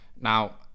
Now